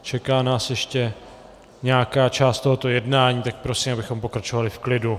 Čeká nás ještě nějaká část tohoto jednání, tak prosím, abychom pokračovali v klidu.